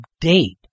date